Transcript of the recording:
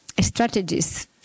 strategies